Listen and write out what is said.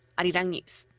arirang news.